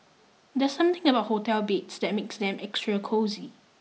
there's something about hotel beds that makes them extra cosy